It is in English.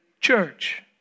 church